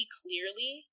clearly